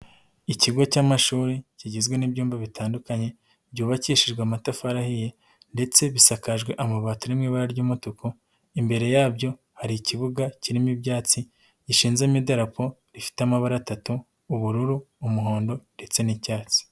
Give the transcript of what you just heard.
Ikigo cy'amashuri kigizwe n'ibyumba bitandukanye byubakishijwe amatafari ahiye ndetse bisakajwe amabati ari mu ibara ry'umutuku, imbere yabyo hari ikibuga kirimo ibyatsi gishinzemo idarapo rifite amabara atatu, ubururu ,umuhondo ndetse n'icyatsi.